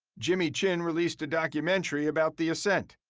jimmy chin released a documentary about the ascent,